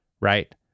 right